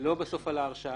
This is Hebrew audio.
לא בסוף על ההרשעה.